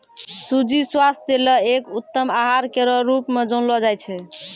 सूजी स्वास्थ्य ल एक उत्तम आहार केरो रूप म जानलो जाय छै